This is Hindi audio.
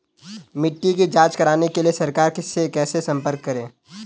मिट्टी की जांच कराने के लिए सरकार से कैसे संपर्क करें?